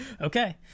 Okay